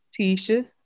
Tisha